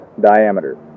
diameter